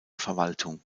verwaltung